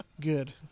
Good